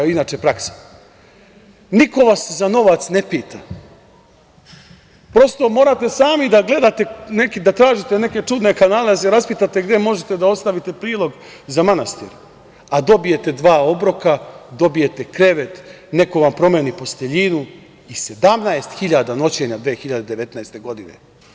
Niko vas za novac ne pita, prosto morate sami da gledate neki da kažete, neke čudne kanale da se raspitate gde možete da ostavite prilog za manastir, a dobijete dva obroka, dobijete krevet, neko vam promeni posteljinu i 17 hiljada noćenja 2019. godine.